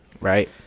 Right